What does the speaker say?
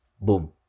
Boom